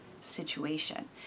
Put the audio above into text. situation